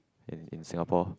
in in Singapore